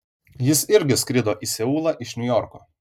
jis irgi skrido į seulą iš niujorko